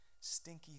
Stinky